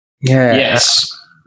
Yes